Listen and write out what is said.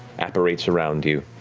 apparates around you.